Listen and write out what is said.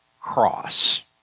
cross